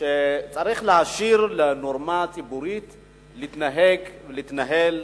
שצריך להשאיר לנורמה הציבורית להתנהג, להתנהל,